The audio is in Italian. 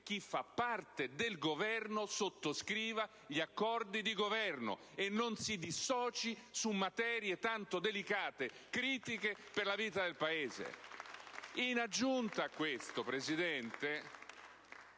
chi fa parte del Governo sottoscriva gli accordi di Governo, e non si dissoci su materie tanto delicate, critiche della vita del Paese. *(Applausi dai